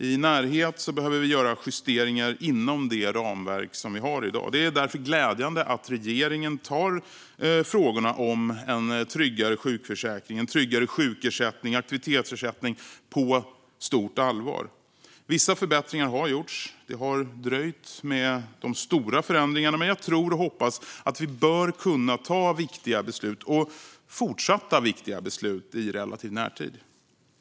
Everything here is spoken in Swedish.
I närtid behöver justeringar göras inom det ramverk som finns i dag. Det är därför glädjande att regeringen tar frågorna om en tryggare sjukförsäkring, sjukersättning och aktivitetsersättning på stort allvar. Vissa förbättringar har gjorts. De stora förändringarna har dröjt, men jag tror och hoppas att vi bör kunna ta viktiga beslut - och fortsatta viktiga beslut - i relativ närtid.